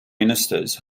ministers